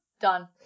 done